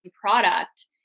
product